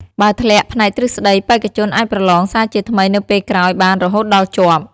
បើធ្លាក់ផ្នែកទ្រឹស្តី បេក្ខជនអាចប្រឡងសាជាថ្មីនៅពេលក្រោយបានរហូតដល់ជាប់។